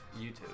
YouTube